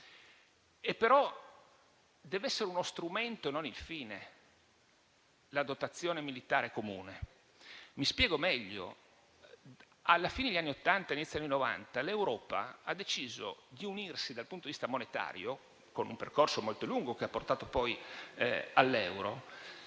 comune deve essere uno strumento e non il fine. Mi spiego meglio: alla fine degli anni Ottanta e all'inizio degli anni Novanta, l'Europa ha deciso di unirsi dal punto di vista monetario, con un percorso molto lungo, che ha portato poi all'euro,